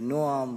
בנועם.